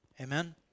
amen